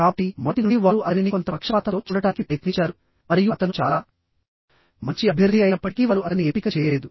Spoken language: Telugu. కాబట్టిమొదటి నుండి వారు అతనిని కొంత పక్షపాతంతో చూడటానికి ప్రయత్నించారు మరియు అతను చాలా మంచి అభ్యర్థి అయినప్పటికీ వారు అతన్ని ఎంపిక చేయలేదు